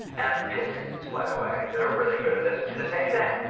and businesses, by the way, that are really good at this do the same thing.